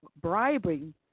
bribing